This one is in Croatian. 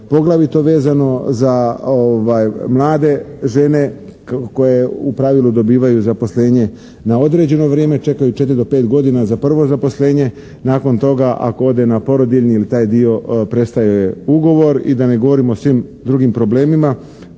Poglavito vezano za mlade žene koje u pravilu dobivaju zaposlenje na određeno vrijeme, čekaju četiri do pet godina za prvo zaposlenje, nakon toga ako ode na porodiljni ili taj dio prestaje joj ugovor i da ne govorimo o svim drugim problemima.